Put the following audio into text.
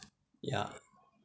yeah